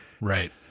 Right